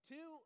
Two